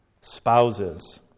spouses